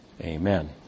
Amen